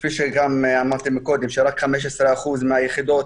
כפי שגם אמרתם קודם: רק 15% מהיחידות,